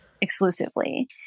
exclusively